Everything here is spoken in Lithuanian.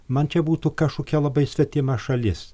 man čia būtų kažkokia labai svetima šalis